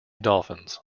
dolphins